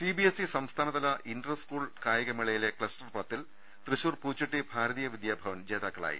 CBSE സംസ്ഥാനതല inter school കായിക മേള യിലെ ക്ലസ്റ്റർ പത്തിൽ തൃശൂർ പൂച്ചട്ടി ഭാരതീയ വിദ്യാഭ വൻ ജേതാക്കളായി